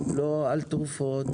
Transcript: לא על תרופות,